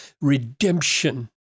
redemption